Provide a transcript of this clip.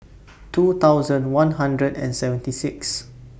two thousand one hundred and seventy Sixth